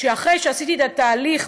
שאחרי שעשיתי את התהליך